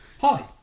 Hi